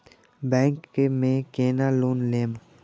Bank में केना loan लेम?